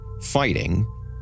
fighting